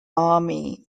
army